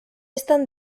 estan